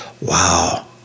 wow